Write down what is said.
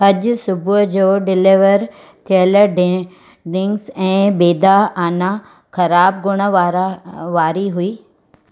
अॼु सुबुह जो डिलीवर थियल ड्रि ड्रिन्क्स ऐं बेदा आना ख़राबु गुण वारा वारी हुई